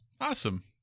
Awesome